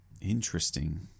Interesting